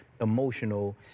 emotional